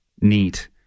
Neat